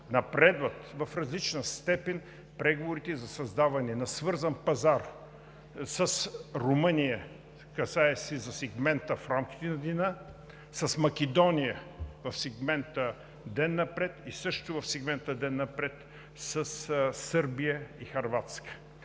напредват в различна степен преговорите за създаване на свързан пазар с Румъния – касае се за сегмента „В рамките на деня“, с Македония – в сегмента „Ден напред“, и също в сегмента „Ден напред“ със Сърбия и Хърватска.